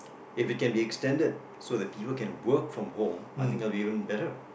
if it can be extended so that people can work from home I think that will be even better